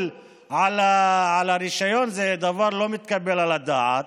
על הרישיון זה דבר לא מתקבל על הדעת.